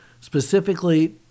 specifically